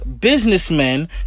businessmen